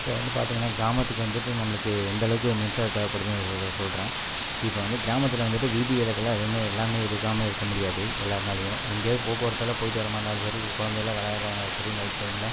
இப்போ வந்து பார்த்தீங்கனா கிராமத்துக்கு வந்துட்டு நம்மளுக்கு எந்தளவுக்கு மின்சாரம் தேவைப்படுதுனு சொல்கிறேன் இப்போ வந்து கிராமத்தில் வந்துட்டு வீதி விளக்கெல்லாம் எதுவுமே எல்லாமே இருக்காமல் இருக்க முடியாது எல்லார்னாலேயும் எங்கேயாது போக்குவரத்தெல்லாம் போயிட்டு வர மாதிரி இருந்தாலும் சரி குழந்தைங்கெல்லாம் விளையாட்றதாருந்தாலும் சரி